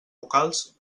vocals